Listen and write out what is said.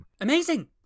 Amazing